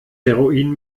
heroin